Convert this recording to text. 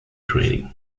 training